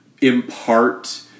impart